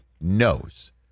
knows